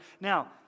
Now